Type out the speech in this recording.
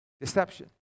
deception